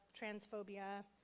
transphobia